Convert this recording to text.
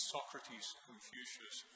Socrates-Confucius